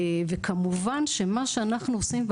וכמובן שמה שאנחנו עושים,